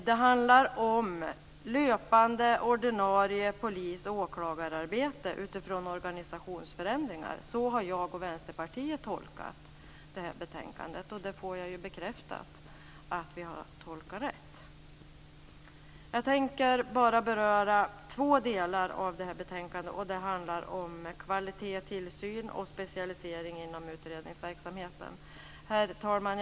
Det handlar om löpande, ordinarie polis och åklagararbete utifrån organisationsförändringar. Så har jag och Vänsterpartiet tolkat betänkandet, och vi har fått bekräftelse på att den tolkningen är riktig. Jag tänker endast beröra två delar av betänkandet, nämligen kvalitet och tillsyn och specialisering inom utredningsverksamheten. Herr talman!